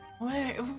Wait